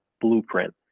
blueprint